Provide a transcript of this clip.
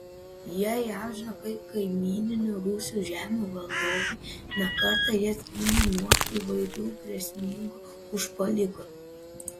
jie įamžinti kaip kaimyninių rusų žemių valdovai ne kartą jas gynę nuo įvairių grėsmingų užpuolikų